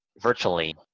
virtually